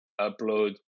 upload